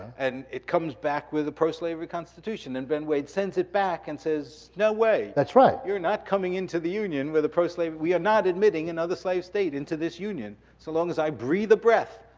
and it comes back with a proslavery constitution. and ben wade sends it back and says, no way. that's right. you're not coming into the union with a proslavery, we are not admitting another slave state into this union so long as i breathe a breath.